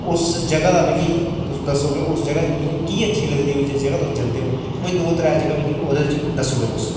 उस जगह् दा मिगी तुस दस्सो कि उस जगह दा तुसें ई की अच्छी लगदी ऐ जिस जगह तुस जंदे ओ कोई दो त्रैऽ जगह् मिगी ओह्दे च दस्सी ओड़ो तुस